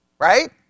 Right